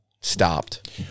stopped